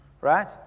Right